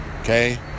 Okay